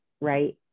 right